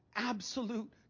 Absolute